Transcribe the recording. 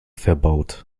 verbaut